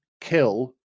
kill